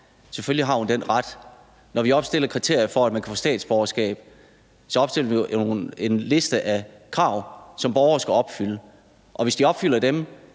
Selvfølgelig har hun den ret. Når vi opstiller kriterier for, at man kan få statsborgerskab, så opstiller vi jo en liste over krav, som borgere skal opfylde, og hvis de opfylder dem,